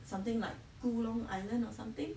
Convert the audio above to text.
something like coode island or something